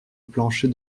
plancher